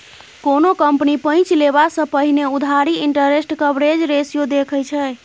कोनो कंपनी पैंच लेबा सँ पहिने उधारी इंटरेस्ट कवरेज रेशियो देखै छै